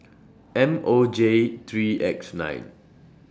M O J three X nine